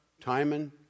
Timon